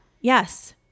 Yes